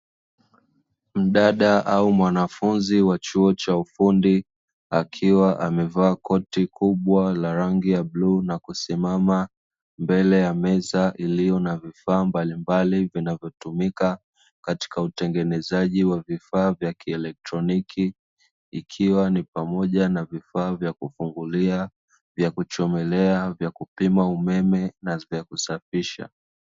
Mdada au mwanafunzi wa chuo cha ufundi, akiwa amevaa koti kubwa la rangi ya bluu na kusimama mbele ya meza iliyo na vifaa mbalimbali; vinavyotumika katika utengenezaji wa vifaa vya kielektroniki, ikiwa ni pamoja na vifaa vya kufungulia, vya kuchomelea, vya kupima umeme na vya kusafisha.